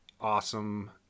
Awesome